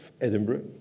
Edinburgh